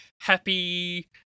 happy